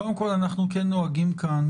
קודם כל אנחנו כן נוהגים כאן,